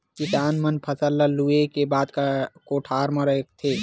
किसान मन फसल ल लूए के बाद कोठर म राखथे